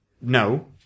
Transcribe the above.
No